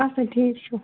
آسا ٹھیٖک چھُ